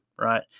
Right